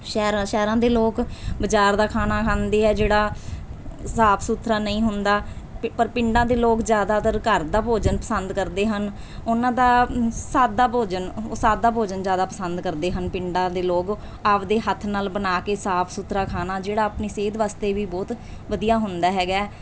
ਸ਼ਹਿਰਾਂ ਸ਼ਹਿਰਾਂ ਦੇ ਲੋਕ ਬਾਜ਼ਾਰ ਦਾ ਖਾਣਾ ਖਾਂਦੇ ਹੈ ਜਿਹੜਾ ਸਾਫ਼ ਸੁਥਰਾ ਨਹੀਂ ਹੁੰਦਾ ਪਿ ਪਰ ਪਿੰਡਾਂ ਦੇ ਲੋਕ ਜ਼ਿਆਦਾਤਰ ਘਰ ਦਾ ਭੋਜਨ ਪਸੰਦ ਕਰਦੇ ਹਨ ਉਹਨਾਂ ਦਾ ਸਾਦਾ ਭੋਜਨ ਉਹ ਸਾਦਾ ਭੋਜਨ ਜ਼ਿਆਦਾ ਪਸੰਦ ਕਰਦੇ ਹਨ ਪਿੰਡਾਂ ਦੇ ਲੋਕ ਆਪਣੇ ਹੱਥ ਨਾਲ ਬਣਾ ਕੇ ਸਾਫ਼ ਸੁਥਰਾ ਖਾਣਾ ਜਿਹੜਾ ਆਪਣੀ ਸਿਹਤ ਵਾਸਤੇ ਵੀ ਬਹੁਤ ਵਧੀਆ ਹੁੰਦਾ ਹੈਗਾ